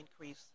increase